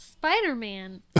Spider-Man